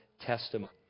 testimony